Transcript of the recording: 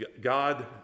God